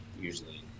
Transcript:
usually